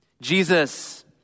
Jesus